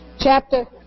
chapter